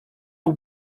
for